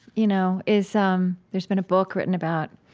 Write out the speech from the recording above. you know, is, um, there's been a book written about